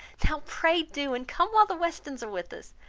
now, pray do and come while the westons are with us.